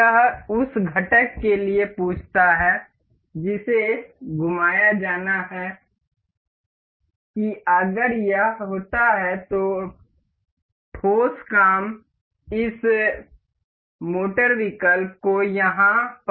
यह उस घटक के लिए पूछता है जिसे घुमाया जाना है कि अगर यह होता है तो ठोस काम इस मोटर विकल्प को यहां पर पेश करता है